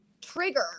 trigger